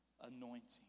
anointing